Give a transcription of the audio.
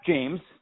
James